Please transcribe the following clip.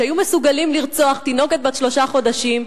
שהיו מסוגלים לרצוח תינוקת בת שלושה חודשים,